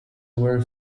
were